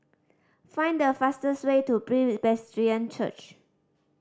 find the fastest way to Presbyterian Church